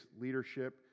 leadership